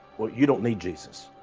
you don't need jesus.